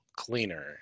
cleaner